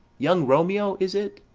young romeo is it?